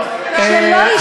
את מסיתה.